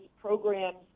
programs